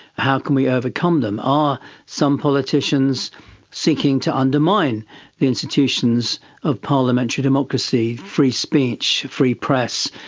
how can we overcome them? are some politicians seeking to undermine the institutions of parliamentary democracy, free speech, free press,